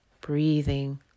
breathing